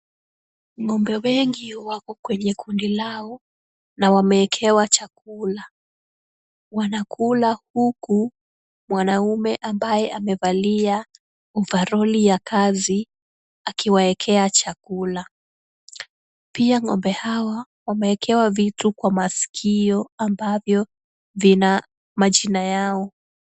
Ng'ombe wengi wako kwenye kundi lao, na wameekewa chakula. Wanakula huku mwanaume ambaye amevalia ovaroli ya kazi, akiwaekea chakula. Pia ng'ombe hawa wameekewa vitu kwa masikio, ambavyo vina majina yao.